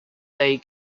day